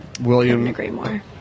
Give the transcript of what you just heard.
William